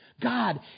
God